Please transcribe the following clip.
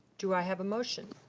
do i have a motion?